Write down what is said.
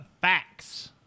facts